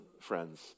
friends